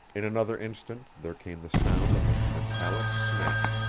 in another instant there came the sound of a metallic snap.